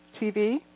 tv